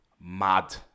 mad